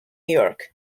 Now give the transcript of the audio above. york